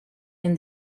and